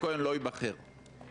לאי יתכן שזה יהיה כך בהליך בזק.